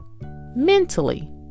mentally